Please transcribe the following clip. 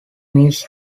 meets